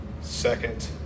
Second